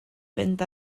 fynd